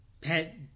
pet